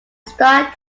start